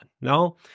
no